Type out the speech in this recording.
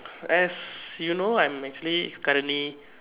as you know I am actually currently